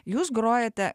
jūs grojate